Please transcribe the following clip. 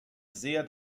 sehr